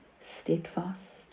steadfast